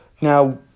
Now